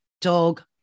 dog